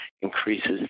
increases